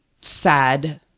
sad